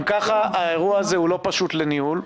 גם ככה האירוע הזה לא פשוט לניהול.